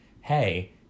hey